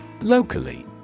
Locally